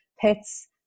pets